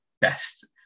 best